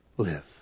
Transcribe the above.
live